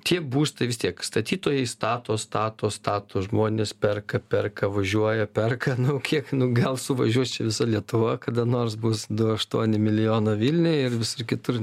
tie būstai vis tiek statytojai stato stato stato žmonės perka perka važiuoja perka nu kiek nu gal suvažiuos čia visa lietuva kada nors bus du aštuoni milijoną vilniuj ir visur kitur